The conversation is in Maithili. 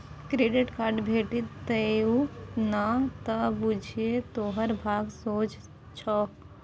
क्रेडिट कार्ड भेटि जेतउ न त बुझिये तोहर भाग सोझ छौ